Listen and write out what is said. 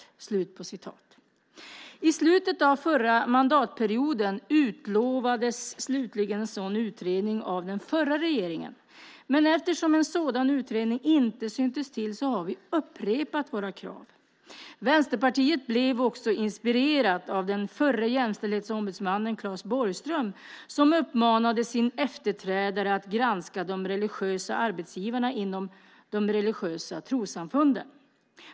I slutet av den förra mandatperioden utlovades slutligen en sådan utredning av den förra regeringen, men eftersom en sådan utredning inte syntes till har vi upprepat våra krav. Vänsterpartiet blev också inspirerat av den förre jämställdhetsombudsmannen Claes Borgström som uppmanade sin efterträdare att granska de religiösa arbetsgivarna inom de religiösa trossamfunden.